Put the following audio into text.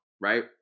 right